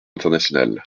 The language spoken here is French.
internationale